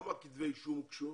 כמה כתבי אישום הוגשו.